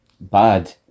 bad